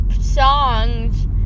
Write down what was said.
songs